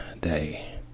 day